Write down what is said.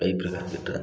कई प्रकार से डांस